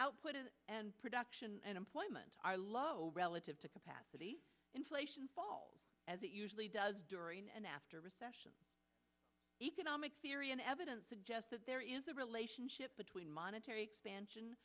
output and production and employment are low relative to capacity inflation fall as it usually does during and after recession economic theory and evidence suggests that there is a relationship between monetary expansion